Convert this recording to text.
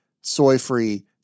soy-free